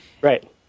Right